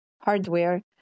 hardware